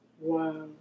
Wow